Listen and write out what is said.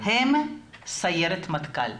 הם סיירת מטכ"ל.